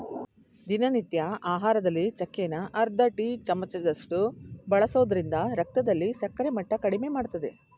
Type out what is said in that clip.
ದಿನನಿತ್ಯ ಆಹಾರದಲ್ಲಿ ಚಕ್ಕೆನ ಅರ್ಧ ಟೀ ಚಮಚದಷ್ಟು ಬಳಸೋದ್ರಿಂದ ರಕ್ತದಲ್ಲಿ ಸಕ್ಕರೆ ಮಟ್ಟ ಕಡಿಮೆಮಾಡ್ತದೆ